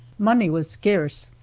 money was scarce,